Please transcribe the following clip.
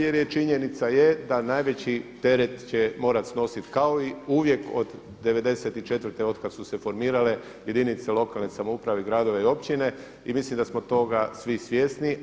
Jer i činjenica je da najveći teret će morati snositi kao i uvijek od '94. od kad su se formirale jedinice lokalne samouprave, gradovi i općine i mislim da smo toga svi svjesni.